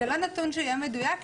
זה לא נתון שיהיה מדויק,